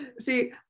See